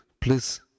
please